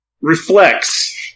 reflects